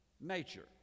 nature